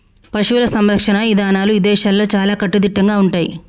పశువుల సంరక్షణ ఇదానాలు ఇదేశాల్లో చాలా కట్టుదిట్టంగా ఉంటయ్యి